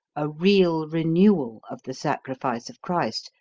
a real renewal of the sacrifice of christ,